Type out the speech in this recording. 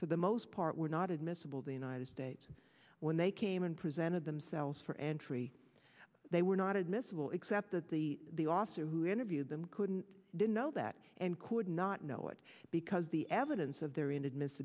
for the most part were not admissible the united states when they came and presented themselves for entry they were not admissible except that the the officer who interviewed them couldn't didn't know that and could not know it because the evidence of their inadmiss